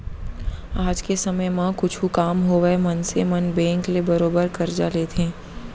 आज के समे म कुछु काम होवय मनसे मन बेंक ले बरोबर करजा लेथें